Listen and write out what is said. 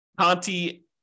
Conti